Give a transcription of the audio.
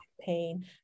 pain